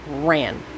ran